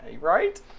Right